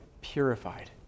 purified